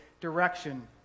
direction